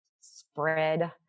spread